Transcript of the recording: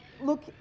look